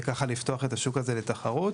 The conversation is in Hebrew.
וככה לפתוח את השוק הזה לתחרות.